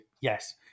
yes